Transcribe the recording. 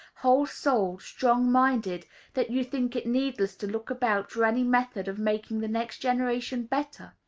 whole-souled, strong-minded, that you think it needless to look about for any method of making the next generation better?